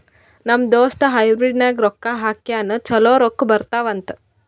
ನಮ್ ದೋಸ್ತ ಹೈಬ್ರಿಡ್ ನಾಗ್ ರೊಕ್ಕಾ ಹಾಕ್ಯಾನ್ ಛಲೋ ರೊಕ್ಕಾ ಬರ್ತಾವ್ ಅಂತ್